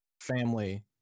family